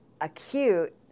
acute